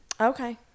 Okay